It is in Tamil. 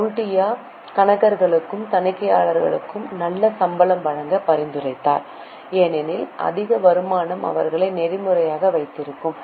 கௌடில்யா கணக்காளர்களுக்கும் தணிக்கையாளருக்கும் நல்ல சம்பளம் வழங்க பரிந்துரைத்தார் ஏனெனில் அதிக வருமானம் அவர்களை நெறிமுறையாக வைத்திருக்கும்